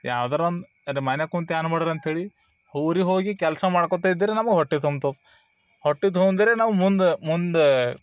ಯಾವ್ದಾರ ಒಂದು ಅದೇ ಮನೆಗೆ ಕುಂತು ಏನು ಮಾಡುರು ಅಂತ ಹೇಳಿ ಊರಿಗೆ ಹೋಗಿ ಕೆಲಸ ಮಾಡ್ಕೋತ ಇದ್ದೀರೆ ನಮ್ಗೆ ಹೊಟ್ಟೆ ತುಂಬ್ತವೆ ಹೊಟ್ಟೆ ತುಂಬ್ದೀರೆ ನಾವು ಮುಂದೆ ಮುಂದೆ